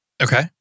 okay